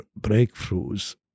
breakthroughs